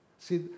See